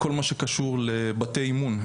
כל מה שקשור לבתי אימון,